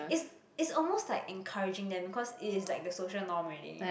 it's it's almost like encouraging them because it is like the social norm already